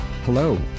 Hello